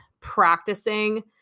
practicing